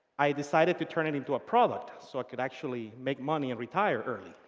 i decided to turn it into a product, so i could actually make money and retire early.